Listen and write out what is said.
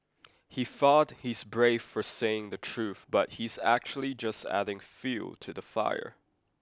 he thought he's brave for saying the truth but he's actually just adding fuel to the fire